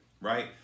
Right